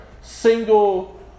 single